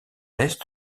est